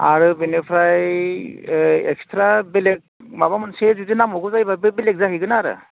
आरो बिनिफ्राय एकस्ट्रा बेलेक माबा मोनसे जुदि नांबावगौ जायोब्ला बेलेक जाहैगोन आरो